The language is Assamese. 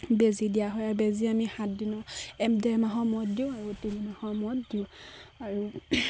বেজী দিয়া হয় আৰু বেজী আমি সাতদিন এক ডেৰ মাহৰ মূৰত দিওঁ আৰু তিনি মাহৰ মূৰত দিওঁ আৰু